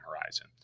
horizon